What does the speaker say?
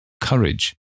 Courage